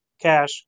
Cash